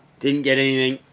didn't get anything.